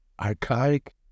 archaic